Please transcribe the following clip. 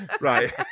Right